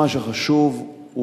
מה שחשוב הוא